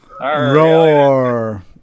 Roar